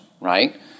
right